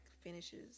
finishes